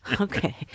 okay